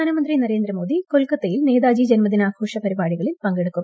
പ്രധാനമന്ത്രി നരേന്ദ്രമോദി കൊൽക്കത്തയിൽ നേതാജി ജന്മദിനാഘോഷ പരിപാടികളിൽ പങ്കെടുക്കും